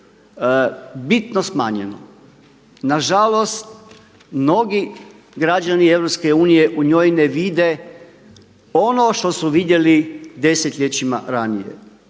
bitno smanjeno. Nažalost, mnogi građani EU u njoj ne vide ono što su vidjeli desetljećima ranije.